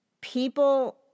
People